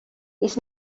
his